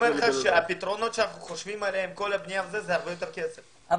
הפתרונות שאנחנו חושבים עליהם זה הרבה יותר כסף,